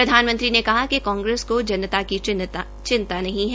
प्रधानमंत्री ने कहा कि कांग्रेस को जनता की चिंता नहीं है